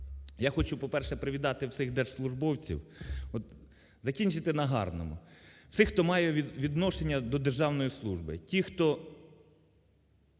Я хочу, по-перше, привітати всіх держслужбовців. От закінчити на гарному. Всіх, хто має відношення до державної служби, ті, хто